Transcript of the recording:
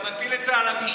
אתה מפיל את זה על המשטרה.